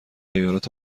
ایالات